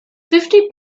fifty